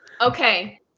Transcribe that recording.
Okay